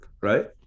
right